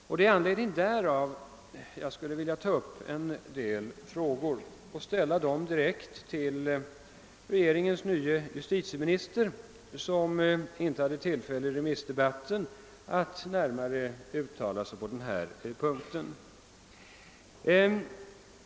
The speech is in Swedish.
Det är med anledning härav som jag skulle vilja ta upp en del frågor och ställa dem direkt till regeringens nye justitieminister, som inte hade tillfälle att i remissdebatten närmare uttala sig på denna punkt.